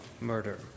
murder